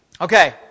Okay